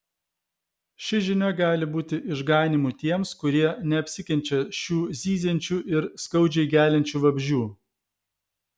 ši žinia gali būti išganymu tiems kurie neapsikenčia šių zyziančių ir skaudžiai geliančių vabzdžių